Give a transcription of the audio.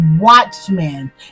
watchmen